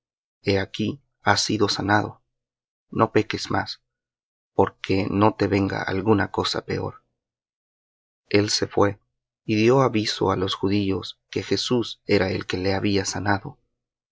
he aquí has sido sanado no peques más porque no te venga alguna cosa peor el se fué y dió aviso á los judíos que jesús era el que le había sanado